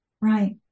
right